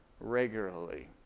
regularly